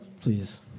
please